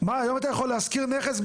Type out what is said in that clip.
מה היום אתה יכול להשכיר נכס,